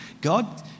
God